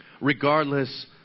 regardless